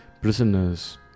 prisoners